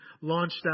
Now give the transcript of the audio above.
launched